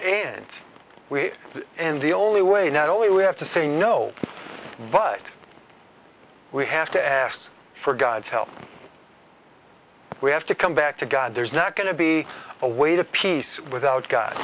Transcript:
we and the only way not only we have to say no but we have to ask for god's help we have to come back to god there's not going to be a way to peace without god